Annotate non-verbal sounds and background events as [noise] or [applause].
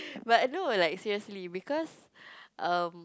[breath] but I know like seriously because um